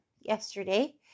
yesterday